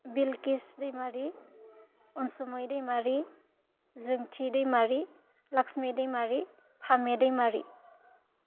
Bilkis Daimari Ansumai Daimari Jonthi Daimari Lakshmi Dainari Phame Daimary